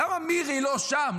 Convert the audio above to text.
למה מירי לא שם?